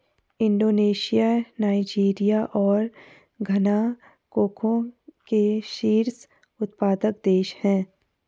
Indonesia Nigeria और Ghana cocoa के शीर्ष उत्पादक देश हैं